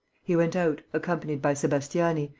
he went out, accompanied by sebastiani,